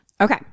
Okay